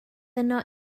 yno